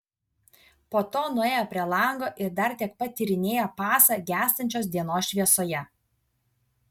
po to nuėjo prie lango ir dar tiek pat tyrinėjo pasą gęstančios dienos šviesoje